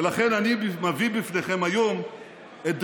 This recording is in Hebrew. ולכן אני מביא בפניכם היום את דרישתם,